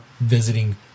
visiting